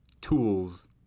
tools